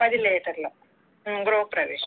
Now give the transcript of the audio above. పది లీటర్లు గృహ ప్రవేశం